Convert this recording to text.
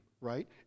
right